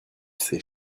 ses